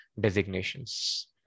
designations